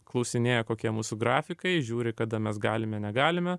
klausinėja kokie mūsų grafikai žiūri kada mes galime negalime